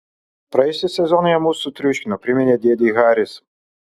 praėjusį sezoną jie mus sutriuškino priminė dėdei haris